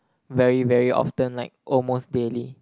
very very often like almost daily